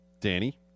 danny